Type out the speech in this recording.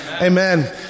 Amen